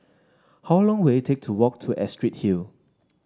how long will it take to walk to Astrid Hill